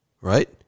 Right